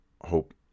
hope